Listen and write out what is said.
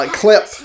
clip